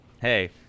hey